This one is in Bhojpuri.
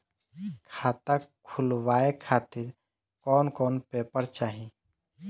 खाता खुलवाए खातिर कौन कौन पेपर चाहीं?